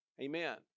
Amen